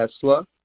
Tesla